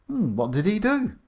what did he do?